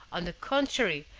on the contrary,